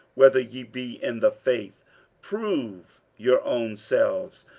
whether ye be in the faith prove your own selves.